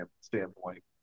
standpoint